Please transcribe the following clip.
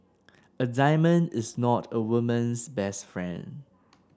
a diamond is not a woman's best friend